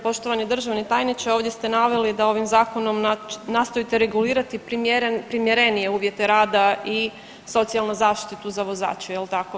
Poštovani državni tajniče, ovdje ste naveli da ovim Zakonom nastojite regulirati primjerenije uvjete rada i socijalnu zaštitu za vozače, je li tako?